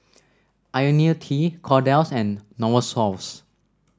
IoniL T Kordel's and Novosource